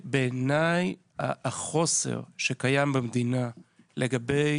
בעיניי החוסר שקיים במדינה לגבי